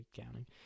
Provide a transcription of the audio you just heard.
counting